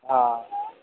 હા